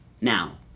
Now